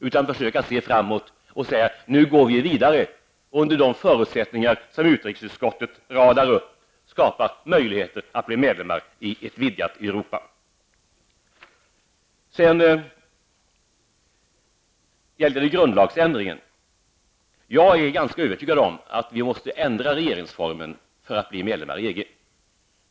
Låt oss i stället säga: Nu går vi vidare under de förutsättningar utrikesutskottet radar upp och försöker skapa möjligheter för Sverige att bli medlem i ett vidgat Europa. Så några ord om grundlagsändringen. Jag är ganska övertygad om att vi måste ändra regeringsformen för att bli medlem av EG.